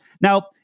Now